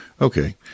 Okay